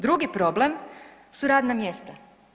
Drugi problem su radna mjesta.